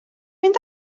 mynd